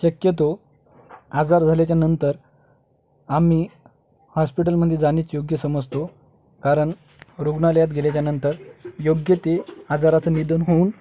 शक्यतो आजार झाल्यानंतर आम्ही हॉस्पिटलमध्ये जाणेच योग्य समजतो कारण रुग्णालयात गेल्यानंतर योग्य ते आजाराचं निदान होऊन